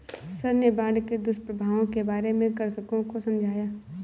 sir ने बाढ़ के दुष्प्रभावों के बारे में कृषकों को समझाया